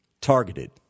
targeted